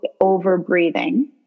over-breathing